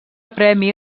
premi